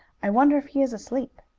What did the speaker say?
i wonder if he is asleep.